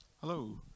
hello